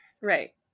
Right